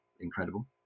incredible